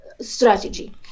strategy